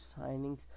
signings